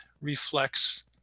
reflects